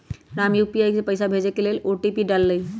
Ram UPI से पइसा भेजे के लेल ओ.टी.पी डाललई